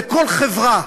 בכל חברה,